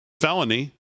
felony